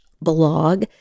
blog